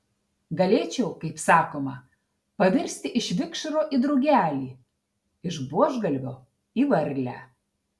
galėčiau kaip sakoma pavirsti iš vikšro į drugelį iš buožgalvio į varlę